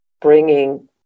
bringing